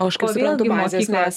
o aš kaip suprantu bazės mes